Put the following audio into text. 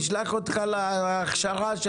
אתה